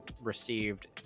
received